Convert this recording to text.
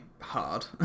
hard